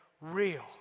real